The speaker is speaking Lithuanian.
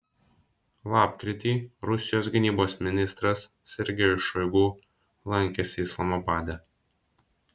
lapkritį rusijos gynybos ministras sergejus šoigu lankėsi islamabade